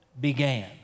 began